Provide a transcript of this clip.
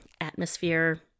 atmosphere